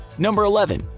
number eleven.